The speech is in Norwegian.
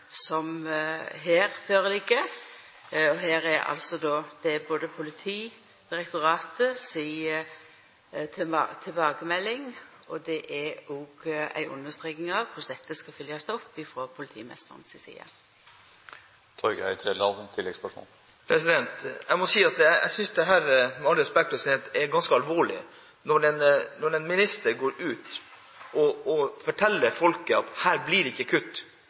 det svaret som her ligg føre. Det er Politidirektoratet si tilbakemelding, og det er òg ei understreking av korleis dette skal følgjast opp frå politimeisteren si side. Jeg må si at jeg synes dette, med all respekt, er ganske alvorlig, når en minister går ut og forteller folket at her blir det ikke kutt.